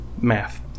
math